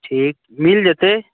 ठीक मिल जेतै